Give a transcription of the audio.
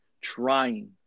trying